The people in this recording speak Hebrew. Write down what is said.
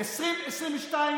2022,